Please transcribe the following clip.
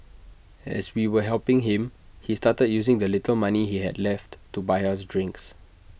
as we were helping him he started using the little money he had left to buy us drinks